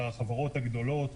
לחברות הגדולות,